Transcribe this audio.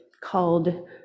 called